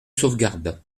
sauvegarde